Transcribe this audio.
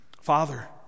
father